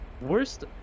worst